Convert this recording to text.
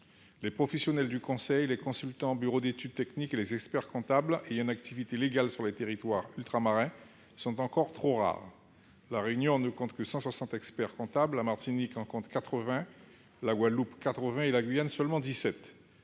Les professionnels du conseil, les consultants, les bureaux d'études techniques et les experts-comptables ayant une activité légale sur les territoires ultramarins sont encore trop rares. La Réunion compte cent soixante experts-comptables, la Martinique et la Guadeloupe quatre-vingts